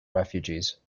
refugees